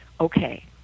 okay